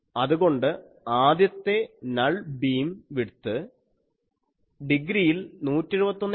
അതുകൊണ്ട് ആദ്യത്തെ null beam width ഡിഗ്രിയിൽ 171